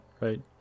right